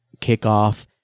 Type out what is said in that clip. kickoff